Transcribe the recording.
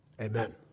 Amen